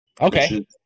Okay